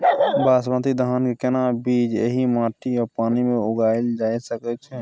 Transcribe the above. बासमती धान के केना बीज एहि माटी आ पानी मे उगायल जा सकै छै?